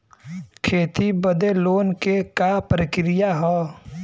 खेती बदे लोन के का प्रक्रिया ह?